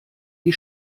die